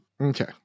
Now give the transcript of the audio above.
Okay